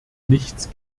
nichts